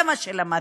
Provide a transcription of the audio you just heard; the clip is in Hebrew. זה מה שלמדתי,